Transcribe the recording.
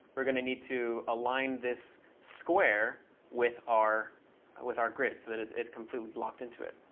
we're going to need to align this square with our with our grid so that it's it's completely locked into it.